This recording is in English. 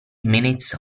minutes